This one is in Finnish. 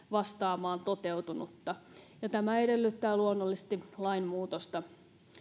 vastaamaan toteutunutta ja tämä edellyttää luonnollisesti lainmuutosta